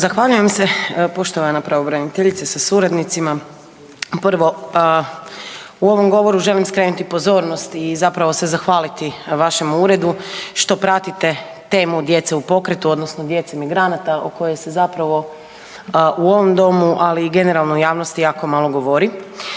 Zahvaljujem se. Poštovana pravobraniteljice sa suradnicima, prvo u ovom govoru želim skrenuti pozornost i zapravo se zahvaliti vašem uredu što pratite temu djece u pokretu odnosno djece migranata o kojoj se zapravo u ovom domu ali i generalno javnosti jako malo govori.